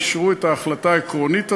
אישרו את ההחלטה העקרונית הזאת.